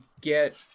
get